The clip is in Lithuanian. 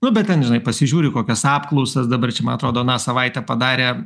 nu bet ten žinai pasižiūri kokias apklausas dabar čia man atrodo aną savaitę padarė